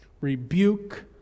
rebuke